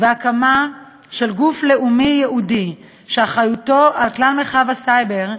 והקמה של גוף לאומי ייעודי שאחריותו על כלל מרחב הסייבר,